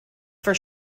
for